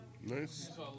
Nice